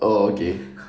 oh okay